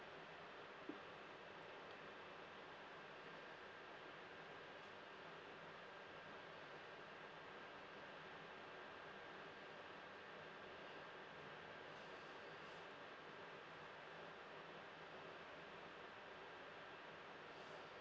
hmm